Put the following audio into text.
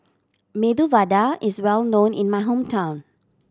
Medu Vada is well known in my hometown